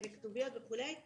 כתוביות וכולי,